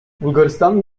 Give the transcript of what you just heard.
bulgaristan